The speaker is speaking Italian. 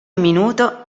minuto